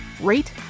rate